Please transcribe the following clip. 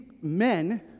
men